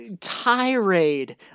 tirade